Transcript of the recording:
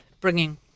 bringing